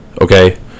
okay